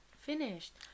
finished